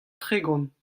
tregont